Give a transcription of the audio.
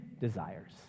desires